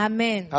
Amen